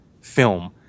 film